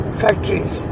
factories